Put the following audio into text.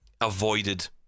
avoided